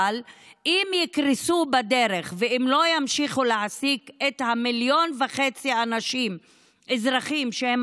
אבל אם הם יקרסו בדרך והם לא ימשיכו להעסיק את ה-1.5 מיליון אזרחים שהם